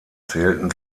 zählten